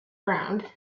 ground